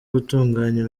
gutunganya